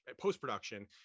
post-production